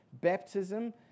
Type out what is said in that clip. baptism